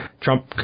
Trump